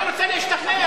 אני רוצה להשתכנע.